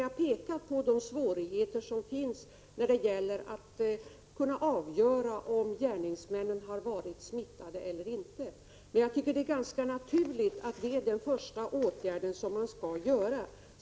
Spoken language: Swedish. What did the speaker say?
Jag pekar på de svårigheter som finns när det gäller att kunna avgöra om gärningsmännen har varit smittade eller inte. Jag tycker att det är ganska naturligt att det är den första åtgärd som man skall vidta.